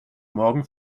morgen